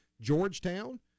Georgetown